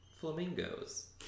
flamingos